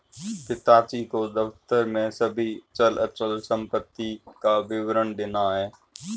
पिताजी को दफ्तर में सभी चल अचल संपत्ति का विवरण देना है